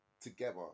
together